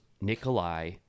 Nikolai